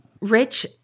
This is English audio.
Rich